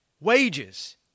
wages